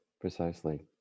precisely